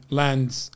lands